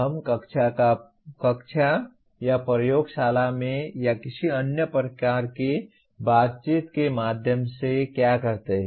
हम कक्षा या प्रयोगशाला में या किसी अन्य प्रकार की बातचीत के माध्यम से क्या करते हैं